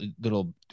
little